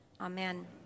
Amen